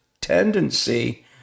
tendency